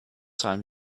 time